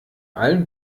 allen